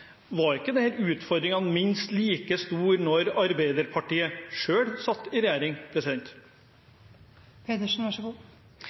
Var ikke disse utfordringene minst like store da Arbeiderpartiet selv satt i regjering?